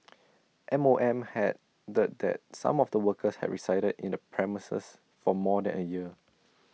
M O M had the that some of the workers had resided in the premises for more than A year